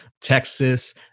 Texas